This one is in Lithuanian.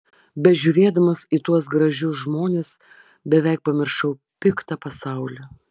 bežiūrėdamas į tuos gražius žmones beveik pamiršau piktą pasaulį